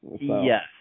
Yes